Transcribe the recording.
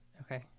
Okay